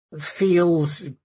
feels